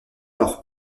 leur